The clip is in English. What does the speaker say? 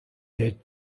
they